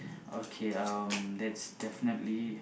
okay um that's definitely